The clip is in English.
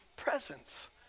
presence